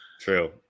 true